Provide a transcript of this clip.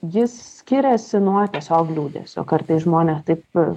jis skiriasi nuo tiesiog liūdesio kartais žmonės taip